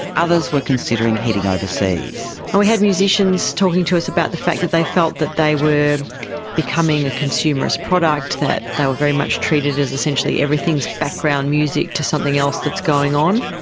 others were considering heading overseas. we had musicians talking to us about the fact that they felt that they were becoming a consumerist product, that they were very much treated as essentially everything is background music to something else that's going on.